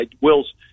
Will's